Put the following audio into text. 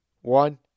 one